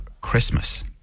Christmas